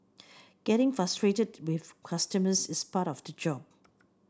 getting frustrated with customers is part of the job